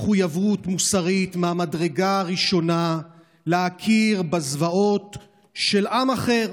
יש מחויבות מוסרית מהמדרגה הראשונה להכיר בזוועות של עם אחר,